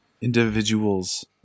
individuals